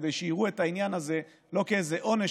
כדי שיראו את העניין הזה לא כאיזה עונש